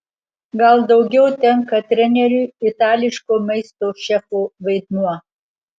gal daugiau tenka treneriui itališko maisto šefo vaidmuo